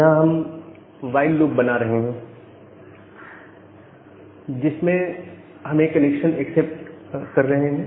यहां पर हम व्हाईल लूप बना रहे हैं जिसमें हमें कनेक्शन एक्सेप्ट कर रहे हैं